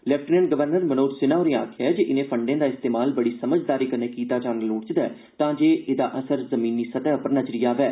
lieutenant governor Manoj Sinha होरें आखेआ ऐ जे इनें फंडे दा इस्तेमाल बड़ी समझदारी कन्नै कीता जाना लोड़चदा ऐ तांजे एहदा असर जमीनी सतह उप्पर नजरी आवै